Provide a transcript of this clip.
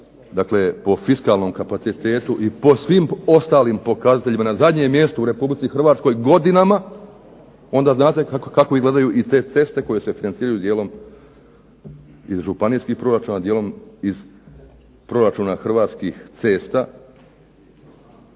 je po fiskalnom kapacitetu i po svim ostalim pokazateljima na zadnjem mjestu u Hrvatskoj godinama onda znate kako izgledaju te ceste koje se financiraju dijelom iz županijskih proračuna dijelom iz proračuna Hrvatskih cesta,